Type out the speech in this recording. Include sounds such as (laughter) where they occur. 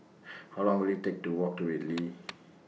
How Long Will IT Take to Walk to Whitley (noise)